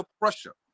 pressure